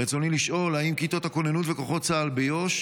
רצוני לשאול: האם כיתות הכוננות וכוחות צה"ל ביו"ש